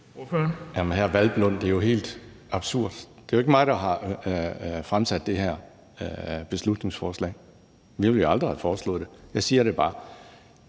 Hvelplund, det er jo helt absurd. Det er jo ikke mig, der har fremsat det her beslutningsforslag. Vi ville jo aldrig have foreslået det. Jeg siger bare,